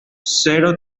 zero